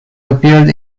appeared